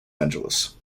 angeles